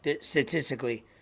statistically